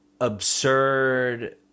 absurd